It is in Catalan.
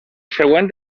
següent